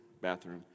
bathroom